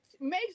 Makes